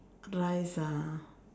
rice ah